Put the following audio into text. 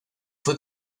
fue